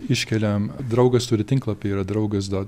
iškeliam draugas turi tinklapį yra draugas dad